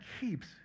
keeps